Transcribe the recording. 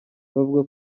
bavuga